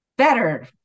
better